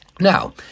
Now